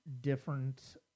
different